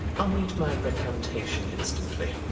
i'll read my recantation instantly.